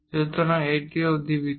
সুতরাং এটিও অধিবৃত্ত